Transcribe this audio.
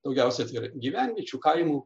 daugiausia tai yra gyvenviečių kaimų